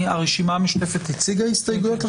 הרשימה המשותפת הציגה הסתייגויות?